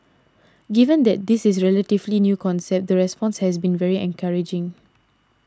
given that this is a relatively new concept the response has been very encouraging